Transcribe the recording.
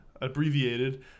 Abbreviated